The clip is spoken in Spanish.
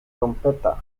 trompeta